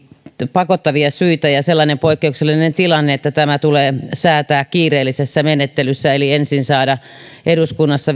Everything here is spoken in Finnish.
pakottavia syitä ja sellainen poikkeuksellinen tilanne että tämä tulee säätää kiireellisessä menettelyssä eli ensin saada eduskunnassa